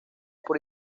por